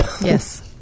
Yes